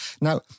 Now